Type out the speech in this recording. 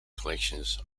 collections